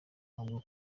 ahubwo